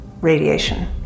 radiation